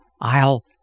I'll